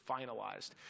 finalized